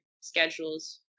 schedules